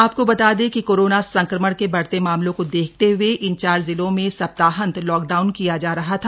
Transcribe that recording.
आपको बता दें कि कोरोना संक्रमण के बढ़ते मामलों को देखते हुए इन चार जिलों में सप्ताहांत लॉकडाउन किया जा रहा था